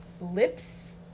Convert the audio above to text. lips